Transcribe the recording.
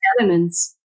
elements